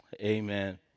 Amen